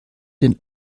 den